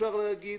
אפשר להגיד,